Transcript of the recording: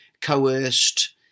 coerced